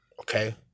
Okay